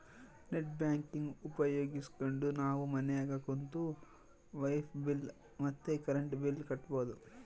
net banking ಉಪಯೋಗಿಸ್ಕೆಂಡು ನಾವು ಮನ್ಯಾಗ ಕುಂತು ವೈಫೈ ಬಿಲ್ ಮತ್ತೆ ಕರೆಂಟ್ ಬಿಲ್ ಕಟ್ಬೋದು